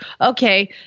Okay